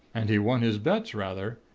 and he won his bets, rather!